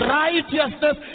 righteousness